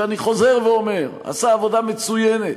שאני חוזר ואומר: עשה עבודה מצוינת,